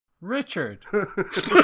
Richard